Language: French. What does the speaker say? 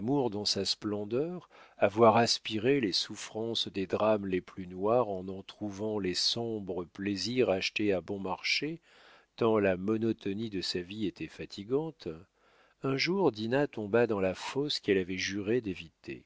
dans sa splendeur avoir aspiré les souffrances des drames les plus noirs en en trouvant les sombres plaisirs achetés à bon marché tant la monotonie de sa vie était fatigante un jour dinah tomba dans la fosse qu'elle avait juré d'éviter